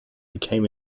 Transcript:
became